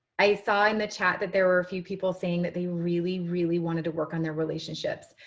i saw in the chat that there were a few people saying that they really, really wanted to work on their relationships.